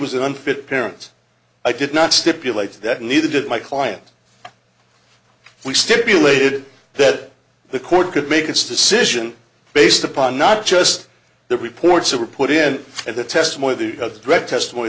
was an unfit parent i did not stipulate that neither did my client we stipulated that the court could make its decision based upon not just the reports that were put in and the testimony the direct testimony